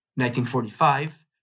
1945